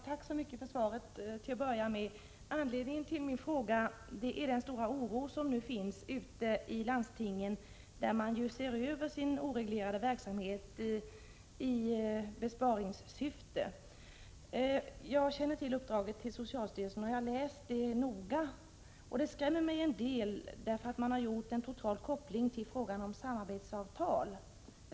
Herr talman! Jag ber att få tacka för svaret. Anledningen till min fråga är den stora oron ute i landstingen, där man nu i besparingssyfte ser över sin oreglerade verksamhet. Jag känner till uppdraget till socialstyrelsen, och jag har läst det noga. Det skrämmer mig en del, därför att man har gjort en total koppling mellan familjerådgivningen och samarbetssamtalen.